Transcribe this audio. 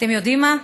אתם יודעים מה?